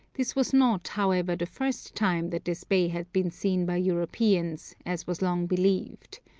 this was not, however, the first time that this bay had been seen by europeans, as was long believed.